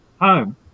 home